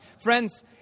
Friends